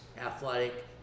athletic